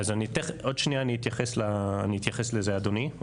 אז עוד שנייה אני אתייחס לזה אדוני.